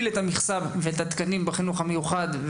את המכסה ואת התקנים בחינוך המיוחד,